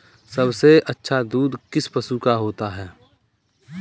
सबसे अच्छा दूध किस पशु का होता है?